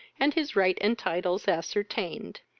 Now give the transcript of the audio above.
and his right and titles ascertained.